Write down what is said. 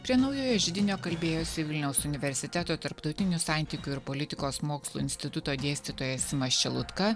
prie naujojo židinio kalbėjosi vilniaus universiteto tarptautinių santykių ir politikos mokslų instituto dėstytojai simas čelutka